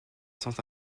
centre